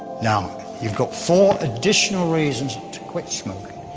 now you got four additional reasons to quit smoking,